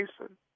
Jason